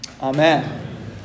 Amen